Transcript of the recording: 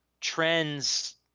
trends